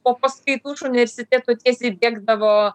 po paskaitų iš universiteto tiesiai bėgdavo